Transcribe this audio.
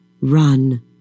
Run